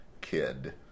kid